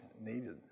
needed